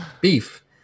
beef